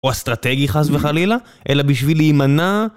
או אסטרטגי חס וחלילה, אלא בשביל להימנע.